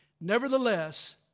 Nevertheless